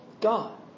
God